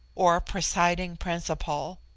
or presiding principle.